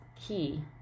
key